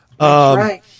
right